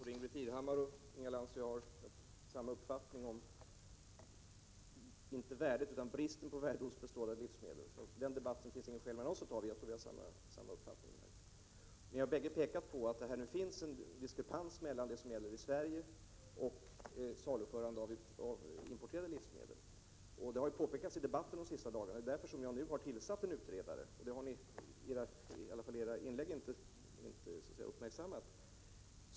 Herr talman! Jag tror att Ingbritt Irhammar, Inga Lanz och jag har samma uppfattning om bristen på värdet av bestrålade livsmedel. Någon debatt därvidlag finns det inte skäl för oss att föra. Ni har båda två framhållit att det finns en diskrepans mellan de regler som gäller produktion av livsmedel i Sverige och saluförande av importerade livsmedel. Detta har påpekats i debatten de senaste dagarna. Därför har jag nu tillsatt en utredare. Det framgår inte av era inlägg att ni har uppmärksammat detta.